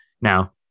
now